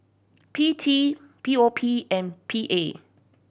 P T P O P and P A